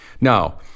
Now